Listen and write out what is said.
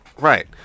Right